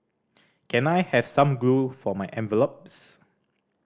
can I have some glue for my envelopes